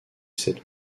cette